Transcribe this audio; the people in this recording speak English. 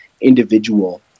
individual